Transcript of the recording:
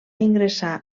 ingressar